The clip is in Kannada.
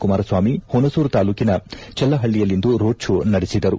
ಕುಮಾರಸ್ವಾಮಿ ಹುಣಸೂರು ತಾಲೂಕಿನ ಚಲ್ಲಪಳ್ಳಿಯಲ್ಲಿಂದು ರೋಡ್ ಶೋ ನಡೆಸಿದರು